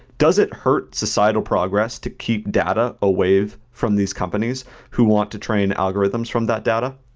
does it hurt societal progress to keep data away ah from these companies who want to train algorithms from that data?